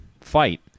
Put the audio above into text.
fight